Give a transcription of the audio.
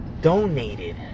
donated